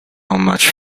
much